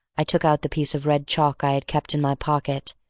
i took out the piece of red chalk i had kept in my pocket,